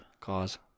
Cause